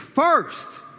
First